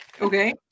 Okay